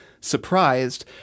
surprised